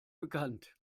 bekannt